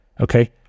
Okay